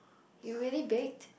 you really baked